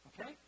Okay